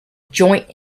joint